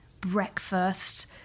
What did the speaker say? breakfast